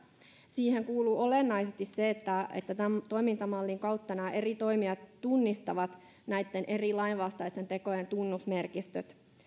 siihen kuuluu olennaisesti se että että tämän toimintamallin kautta nämä eri toimijat tunnistavat näitten eri lainvastaisten tekojen tunnusmerkistöt